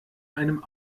einem